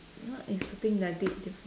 what is the thing like a bit difference